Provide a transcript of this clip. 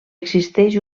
existeix